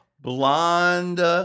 blonde